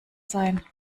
sein